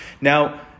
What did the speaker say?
Now